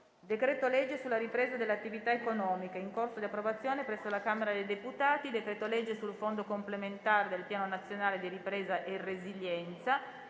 decreto-legge sulla ripresa delle attività economiche, in corso di approvazione presso la Camera dei deputati; decreto-legge sul Fondo complementare del Piano nazionale di ripresa e resilienza;